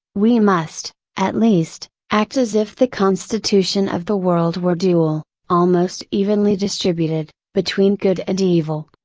we must, at least, act as if the constitution of the world were dual, almost evenly distributed, between good and evil.